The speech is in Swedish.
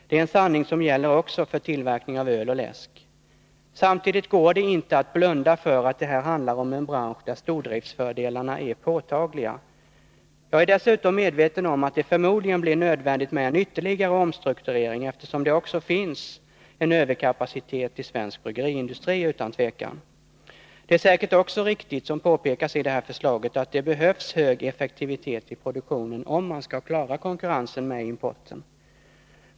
Det är en sanning som gäller också för tillverkning av öl och läsk. Samtidigt går det inte att blunda för att detta handlar om en bransch där stordriftsfördelarna är påtagliga. Jag är dessutom medveten om att det förmodligen blir nödvändigt med en ytterligare omstrukturering, eftersom det också utan tvivel finns en överkapacitet i svensk bryggeriindustri. Det är säkert också riktigt, som påpekas i detta förslag, att det behövs hög effektivitet i produktionen om man skall klara konkurrensen med importen.